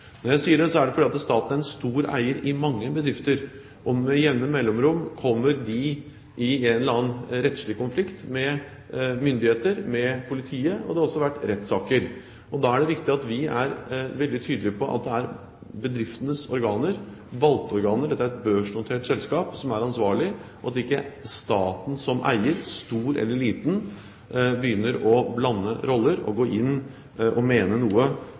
Når jeg sier det, er det fordi staten er en stor eier i mange bedrifter. Med jevne mellomrom kommer disse i en eller annen rettslig konflikt med myndigheter, med politiet. Det har også vært rettssaker. Da er det viktig at vi er veldig tydelige på at det er bedriftenes valgte organer – her gjelder det et børsnotert selskap – som er ansvarlig, og at ikke staten som eier, stor eller liten, begynner å blande roller og går inn og mener noe